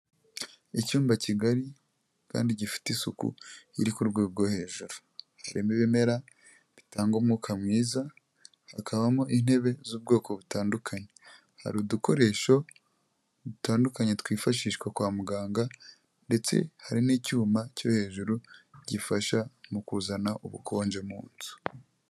Icyumba kigari kandi gifite isuku iri ku rwego go hejuru, kirimo ibimera bitanga umwuka mwiza, hakabamo intebe z'ubwoko butandukanye, hari udukoresho dutandukanye twifashishwa kwa muganga, ndetse hari n'icyuma cyo hejuru gifasha mu kuzana ubukonje mu nzu.